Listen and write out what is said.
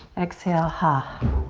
exhale. ha!